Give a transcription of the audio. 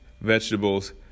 vegetables